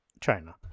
China